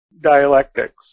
dialectics